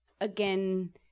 again